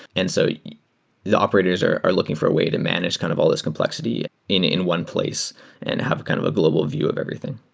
and so the operators or are looking for a way to manage kind of al l these complexity in in one place and have kind of a global view of everything.